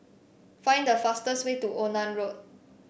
find the fastest way to Onan Road